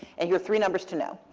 and your three numbers to know.